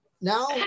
now